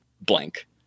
blank